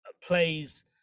plays